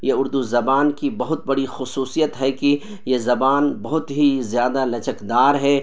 یہ اردو زبان کی بہت بڑی خصوصیت ہے کہ یہ زبان بہت ہی زیادہ لچکدار ہے